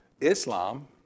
Islam